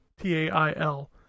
T-A-I-L